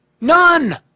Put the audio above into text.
None